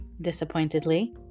disappointedly